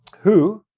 who,